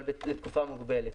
אבל לתקופה מוגבלת.